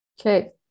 Okay